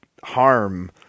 harm